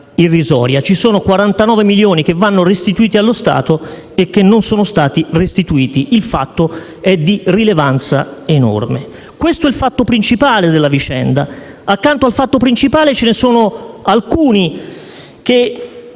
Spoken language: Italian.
irrisoria. Ci sono 49 milioni che vanno restituiti allo Stato e che non sono stati restituiti: il fatto è di rilevanza enorme. Questo è il fatto principale della vicenda. Accanto al fatto principale ce ne sono alcuni che